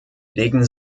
legen